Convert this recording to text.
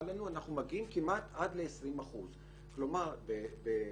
לנו אנחנו מגיעים כמעט עד 20%. כלומר בהמחשה